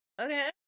okay